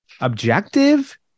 objective